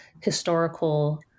historical